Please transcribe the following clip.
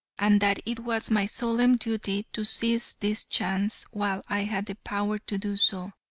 and that it was my solemn duty to seize this chance while i had the power to do so.